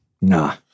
Nah